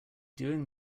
doing